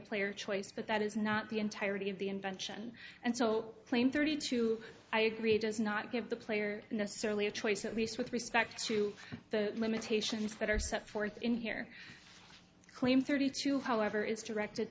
player choice but that is not the entirety of the invention and so claim thirty two i agree does not give the player necessarily a choice at least with respect to the limitations that are set forth in here claim thirty two however is directed